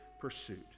pursuit